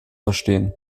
verstehen